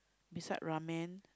beside Ramen